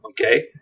Okay